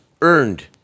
earned